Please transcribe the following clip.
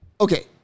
okay